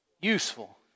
useful